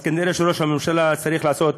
אז כנראה ראש הממשלה צריך לעשות